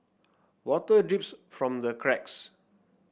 water drips from the cracks